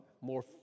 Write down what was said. more